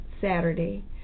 Saturday